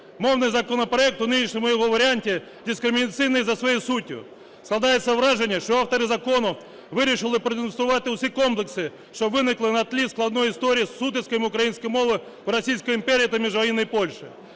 мовний законопроект у нинішньому його варіанті дискримінаційний за своєю суттю. Складається враження, що автори закону вирішили продемонструвати всі комплекси, що виникли на тлі складної історії з утисками української мови Російської імперії та міжвоєнної Польщі.